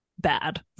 bad